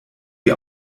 wie